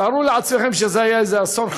תארו לעצמכם שזה היה אסון,